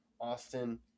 Austin